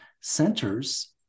centers